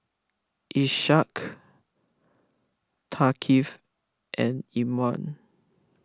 Ishak Thaqif and Imran